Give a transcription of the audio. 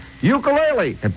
ukulele